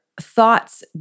thoughts